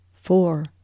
four